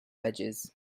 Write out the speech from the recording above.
edges